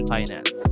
Finance